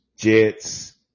Jets